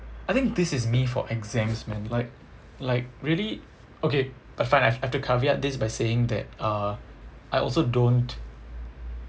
I think this is me for exams man like like really okay but fine I've I've caveat this by saying that uh I also don't